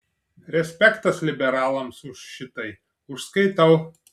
respektas liberalams už šitai užskaitau